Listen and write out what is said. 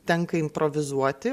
tenka improvizuoti